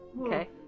Okay